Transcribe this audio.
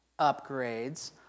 upgrades